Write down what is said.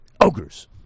Ogres